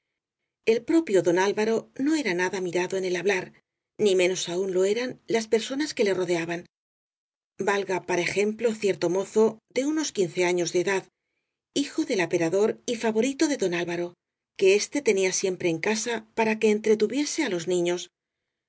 el propio don alvaro no era nada mirado en el hablar ni menos aún lo eran las personas que le rodeaban valga para ejemplo cierto mozo de unos quince años de edad hijo del aperador y favorito de don alvaro que éste tenía siempre en casa para que entretuviese á los niños